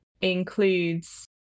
includes